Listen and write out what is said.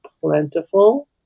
plentiful